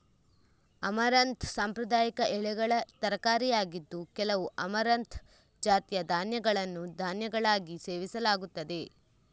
amaranth ಸಾಂಪ್ರದಾಯಿಕ ಎಲೆಗಳ ತರಕಾರಿಯಾಗಿದ್ದು, ಕೆಲವು ಅಮರಂಥ್ ಜಾತಿಗಳ ಧಾನ್ಯಗಳನ್ನು ಧಾನ್ಯಗಳಾಗಿ ಸೇವಿಸಲಾಗುತ್ತದೆ